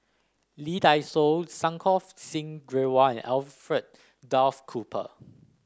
Lee Dai Soh Santokh Singh Grewal and Alfred Duff Cooper